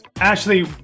Ashley